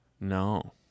No